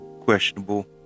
Questionable